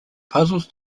puzzles